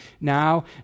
now